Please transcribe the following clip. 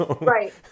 Right